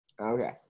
Okay